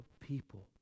people